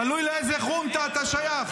תלוי לאיזה חונטה אתה שייך.